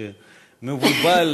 שמבולבל,